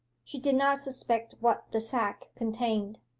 she did not suspect what the sack contained.